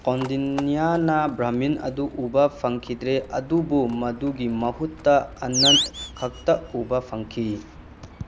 ꯀꯣꯟꯗꯤꯟꯅꯤꯌꯥꯅ ꯕ꯭ꯔꯥꯃꯤꯟ ꯑꯗꯨ ꯎꯕ ꯐꯪꯈꯤꯗ꯭ꯔꯦ ꯑꯗꯨꯕꯨ ꯃꯗꯨꯒꯤ ꯃꯍꯨꯠꯇꯅ ꯑꯅꯟ ꯈꯛꯇ ꯎꯕ ꯐꯪꯈꯤ